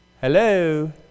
Hello